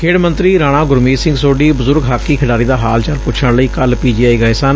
ਖੇਡ ਮੰਤਰੀ ਰਾਣਾ ਗੁਰਮੀਤ ਸਿੰਘ ਸੋਢੀ ਬਜੁਰਗ ਹਾਕੀ ਖਿਡਾਰੀ ਦਾ ਹਾਲ ਚਾਲ ਪੁੱਛਣ ਲਈ ਕੱਲ ਪੀ ਜੀ ਆਈ ਗਏ ਸਨ